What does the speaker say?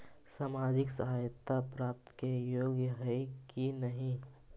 सामाजिक सहायता प्राप्त के योग्य हई कि नहीं?